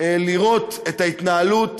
לראות את ההתנהלות